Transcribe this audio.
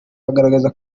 bagaragazaga